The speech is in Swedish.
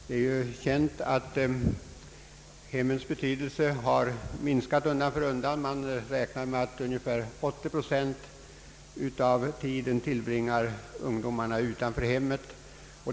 Det är ju känt att hemmets betydelse har minskat undan för undan. Man räknar med att ungdomarna tillbringar ungefär 80 procent av tiden utanför hemmet.